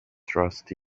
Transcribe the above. trust